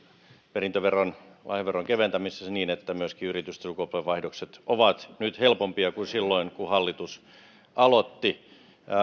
perintöveron lahjaveron keventämisessä niin että myöskin yritysten sukupolvenvaihdokset ovat nyt helpompia kuin silloin kun hallitus aloitti